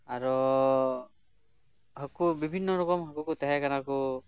ᱟᱨᱚ ᱦᱟᱠᱩ ᱵᱤᱵᱷᱤᱱᱱᱚ ᱨᱚᱠᱚᱢ ᱦᱟᱠᱩ ᱛᱚ ᱛᱟᱦᱮᱸ ᱠᱟᱱᱟ ᱠᱚ